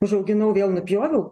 užauginau vėl nupjoviau